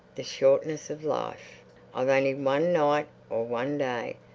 the shortness of life i've only one night or one day,